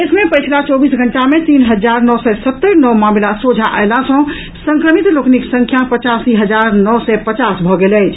देश मे पछिला चौबीस घंटा मे तीन हजार नओ सय सत्तरि नव मामिला सोझा अयला सँ संक्रमित लोकनिक संख्या पचासी हजार नओ सय पचास भऽ गेल अछि